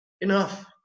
enough